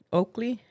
Oakley